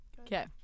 Okay